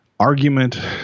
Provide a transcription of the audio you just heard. Argument